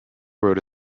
wrote